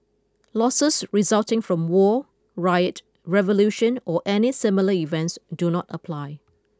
losses resulting from war riot revolution or any similar events do not apply